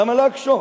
למה להקשות?